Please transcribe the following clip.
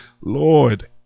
Lord